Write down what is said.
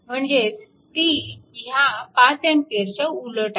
म्हणजेच ती ह्या 5A च्या उलट आहे